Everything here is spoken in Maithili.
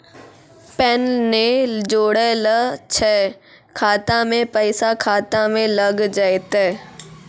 पैन ने जोड़लऽ छै खाता मे पैसा खाता मे लग जयतै?